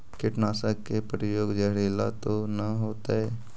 कीटनाशक के प्रयोग, जहरीला तो न होतैय?